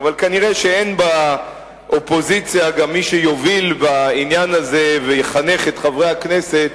אבל כנראה אין באופוזיציה גם מי שיוביל בעניין הזה ויחנך את חברי הכנסת,